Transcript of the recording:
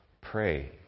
Pray